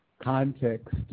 Context